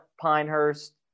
pinehurst